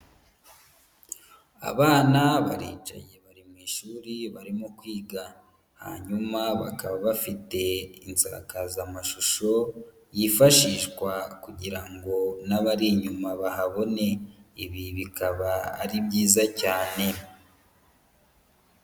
Abana baricaye bari mu ishuri barimo kwiga hanyuma bakaba bafite insakazamashusho yifashishwa kugira ngo n'abari inyuma bahabone, ibi bikaba ari byiza cyane.